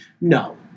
No